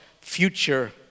future